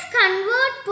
convert